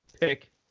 pick